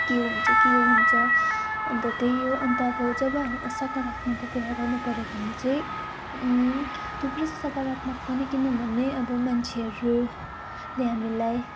के हुन्छ के हुन्छ अन्त त्यही हो अन्त अब जब सकारात्मकको कुरा गर्नुपर्यो भने चाहिँ थुप्रै सकारात्मक पनि किनभने अब मान्छेहरूले हामीलाई